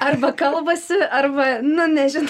arba kalbasi arba nu nežinau